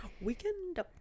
Weekend